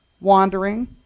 Wandering